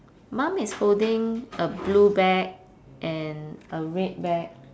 mum is holding a blue bag and a red bag